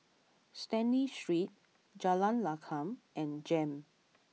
Stanley Street Jalan Lakum and Jem